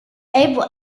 able